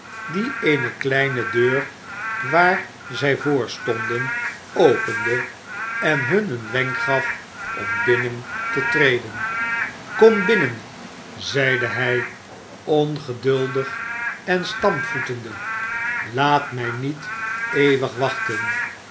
die eene kleine deur waar zij voor stonden opende en hun een wenk gaf om binnen te treden komt binnen zeide hij ongeduldig en stampvoetende laat mij niet eeuwig wachten